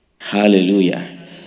Hallelujah